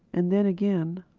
and then again,